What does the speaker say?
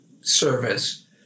service